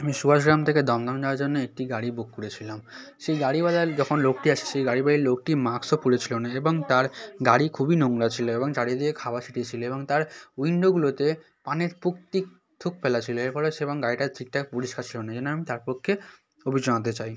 আমি সুভাষগ্রাম থেকে দমদম যাওয়ার জন্য একটি গাড়ি বুক করেছিলাম সেই গাড়িওয়ালার যখন লোকটি এসেছে গাড়িওয়ালার লোকটি মাস্কও পরে ছিল না এবং তার গাড়ি খুবই নোংরা ছিল এবং চারিদিকে খাবার ছিটিয়ে ছিল এবং তার উইন্ডোগুলোতে পানের পিক পিক থুক ফেলা ছিল এর পরে সে এবং গাড়িটা ঠিকঠাক পরিষ্কার ছিল না এই জন্যে আমি তার পক্ষে অভিযোগ জানাতে চাই